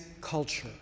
culture